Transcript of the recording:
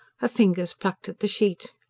her fingers plucked at the sheet.